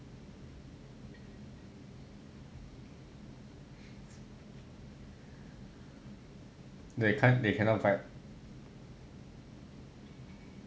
no they can't they cannot vibe